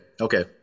Okay